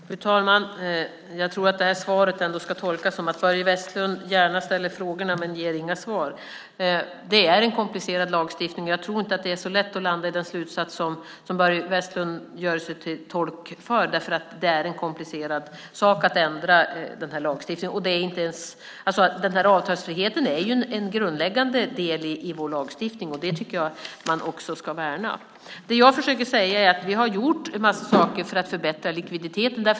Fru talman! Jag tror att det nyss sagda ändå ska tolkas som att Börje Vestlund gärna ställer frågor men inte ger några svar. Det är fråga om en komplicerad lagstiftning. Jag tror inte att det är så lätt att landa i den slutsats som Börje Vestlund här gör sig till tolk för just eftersom det är en komplicerad sak att ändra den här lagstiftningen. Avtalsfriheten är en grundläggande del i vår lagstiftning, och den tycker jag att man ska värna. Jag försöker säga att vi har gjort en massa saker för att förbättra likviditeten.